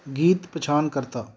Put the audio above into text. ਗੀਤ ਪਛਾਣ ਕਰਤਾ